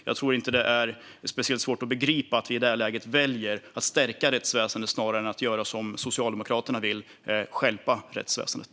Jag tror inte att det är speciellt svårt att begripa att vi i detta läge väljer att stärka rättsväsendet snarare än att göra som Socialdemokraterna vill och stjälpa rättsväsendet.